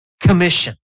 commission